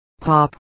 POP